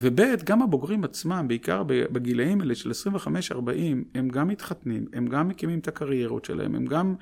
ובית גם הבוגרים עצמם, בעיקר בגילאים האלה של 25-40 הם גם מתחתנים, הם גם מקימים את הקריירות שלהם, הם גם...